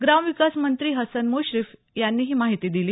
ग्राम विकास मंत्री हसन मुश्रीफ यांनी ही माहिती दिली